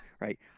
right